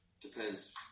Depends